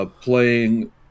playing